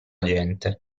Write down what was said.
gente